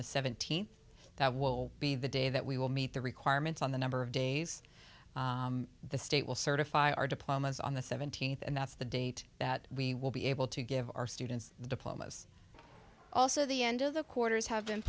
the seventeenth that will be the day that we will meet the requirements on the number of days the state will certify our diplomas on the seventeenth and that's the date that we will be able to give our students the diplomas also the end of the quarters have